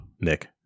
Nick